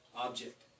object